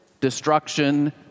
destruction